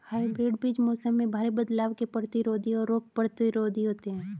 hybrid बीज मौसम में भारी बदलाव के प्रतिरोधी और रोग प्रतिरोधी होते हैं